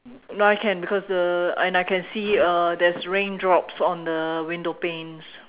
no I can because uh and I can see uh there's raindrops on the window panes